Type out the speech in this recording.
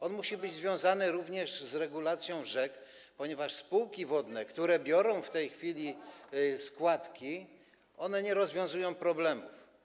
On musi być związany również z regulacją rzek, ponieważ spółki wodne, które pobierają w tej chwili składki, nie rozwiązują problemów.